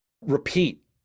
Repeat